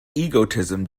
egotism